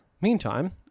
Meantime